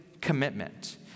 commitment